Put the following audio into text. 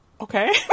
Okay